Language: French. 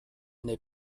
n’est